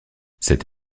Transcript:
cette